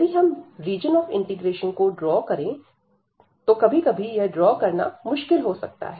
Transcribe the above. यदि हम region of integration को ड्रॉ करें कभी कभी यह ड्रॉ करना मुश्किल हो सकता है